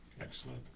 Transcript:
Excellent